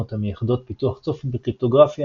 הפרדיגמות המייחדות פיתוח צופן בקריפטוגרפיה